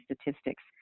statistics